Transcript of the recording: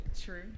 True